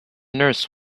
nurse